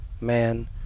man